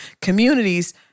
communities